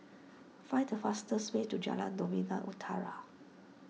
find the fastest way to Jalan Novena Utara